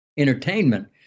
Entertainment